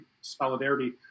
solidarity